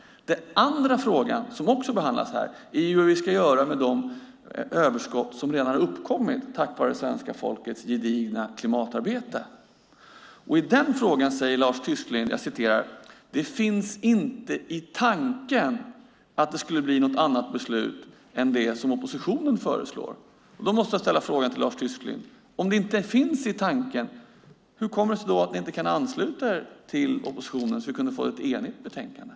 Den andra frågan som också behandlas här är vad vi ska göra med de överskott som redan har uppkommit tack vare svenska folkets gedigna klimatarbete. I den frågan säger Lars Tysklind: Det finns inte i tanken att det skulle bli något annat beslut än det som oppositionen föreslår. Då måste jag ställa frågan till Lars Tysklind: Om det inte finns i tanken, hur kommer det sig då att ni inte kan ansluta er till oppositionen så att vi kan vara eniga i betänkandet?